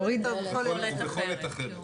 ובכל עת אחרת.